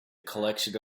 collection